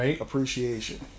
appreciation